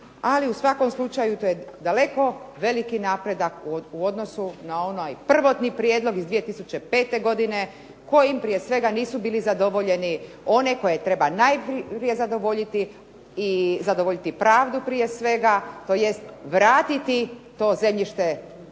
ali u svakom slučaju to je daleko veliki napredak u odnosu na onaj prvotni prijedlog iz 2005. godine kojim prije svega nisu bili zadovoljeni one koji treba najprije zadovoljiti i zadovoljiti pravdu prije svega tj. vratiti to zemljište vlasnicima